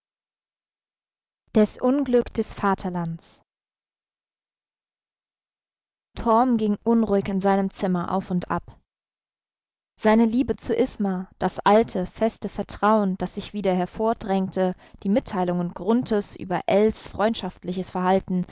des unglück des vaterlands torm ging unruhig in seinem zimmer auf und ab seine liebe zu isma das alte feste vertrauen das sich wieder hervordrängte die mitteilungen grunthes über ells freundschaftliches verhalten